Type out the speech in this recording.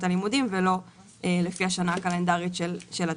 הלימודים ולא לפי השנה הקלנדרית של התקציב.